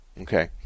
Okay